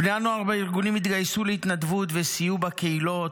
בני הנוער בארגונים התגייסו להתנדבות וסייעו בקהילות,